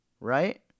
right